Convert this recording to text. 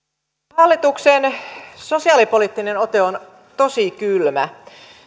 hallituksen sosiaalipoliittinen ote on tosi kylmä